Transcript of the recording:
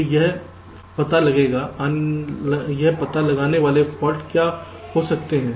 तो यह पता लगाने वाले फाल्ट क्या हो सकते हैं